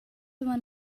avon